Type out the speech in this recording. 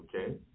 Okay